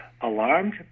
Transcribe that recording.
alarmed